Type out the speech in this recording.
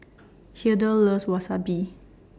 Hildur loves Wasabi